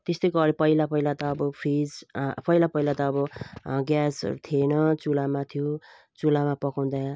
त्यस्तै गरी पहिला पहिला अब त फ्रिज पहिला पहिला त अब ग्यास थिएन चुलामा थियो चुलामा पकाउँदा